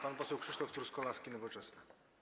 Pan poseł Krzysztof Truskolaski, Nowoczesna.